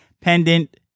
pendant